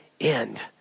end